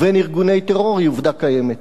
ובין ארגוני טרור היא עובדה קיימת.